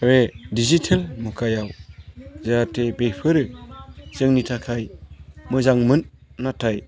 बे दिजिटेल मुगायाव जाहाथे बेफोरो जोंनि थाखाय मोजांमोन नाथाय